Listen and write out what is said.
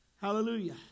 Hallelujah